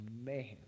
man